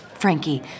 Frankie